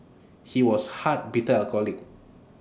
he was hard bitter alcoholic